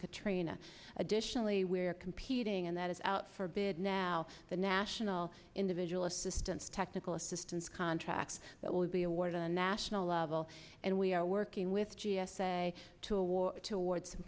katrina additionally we're competing and that is out for bid now the national individual assistance technical assistance contracts that will be awarded a national level and we are working with g s a to award towards some